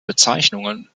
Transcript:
bezeichnungen